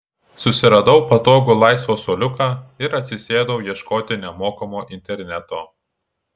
susiradau patogų laisvą suoliuką ir atsisėdau ieškoti nemokamo interneto